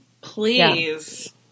Please